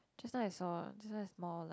just now I saw this one is more like